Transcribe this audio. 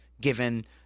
given